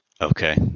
Okay